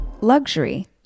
Luxury